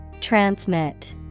Transmit